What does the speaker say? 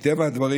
מטבע הדברים,